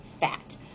fat